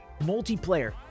multiplayer